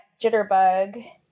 Jitterbug